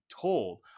told